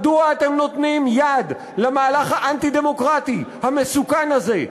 מדוע אתם נותנים יד למהלך האנטי-דמוקרטי המסוכן הזה,